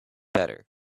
better